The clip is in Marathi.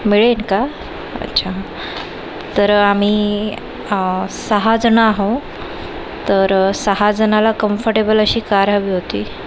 मिळेन का अच्छा तर आम्ही सहा जण आहो तर सहा जणाला कम्फर्टेबल अशी कार हवी होती